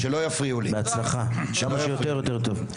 בהצלחה כמה שיותר יותר טוב.